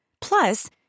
Plus